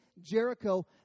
Jericho